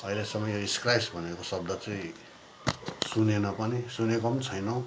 अहिलेसम्म यो स्क्र्याच भनेको शब्द चाहिँ सुनेन पनि सुनेको पनि छैनौँ